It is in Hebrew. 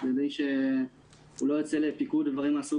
מי שלא יוצא לפיקוד או דברים מן הסוג